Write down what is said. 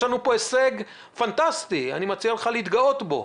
יש לנו פה הישג פנטסטי ואני מציע לך להתגאות בו.